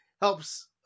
helps